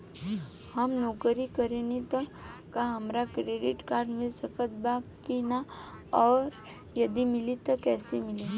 हम नौकरी करेनी त का हमरा क्रेडिट कार्ड मिल सकत बा की न और यदि मिली त कैसे मिली?